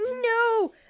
No